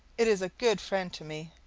it is a good friend to me,